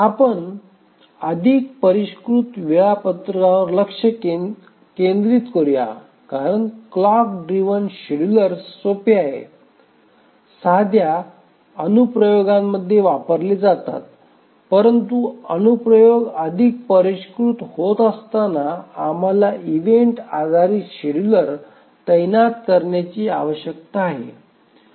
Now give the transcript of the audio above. आपण अधिक परिष्कृत वेळापत्रकांवर लक्ष केंद्रित करूया कारण क्लॉक ड्रिव्हन शेड्यूलर्स सोपे आहेत साध्या अनुप्रयोगांमध्ये वापरले जातात परंतु अनुप्रयोग अधिक परिष्कृत होत असताना आम्हाला इव्हेंट आधारित शेड्यूलर तैनात करण्याची आवश्यकता आहे